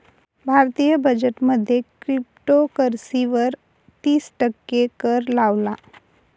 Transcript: भारतीय बजेट मध्ये क्रिप्टोकरंसी वर तिस टक्के कर लावला